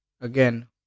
again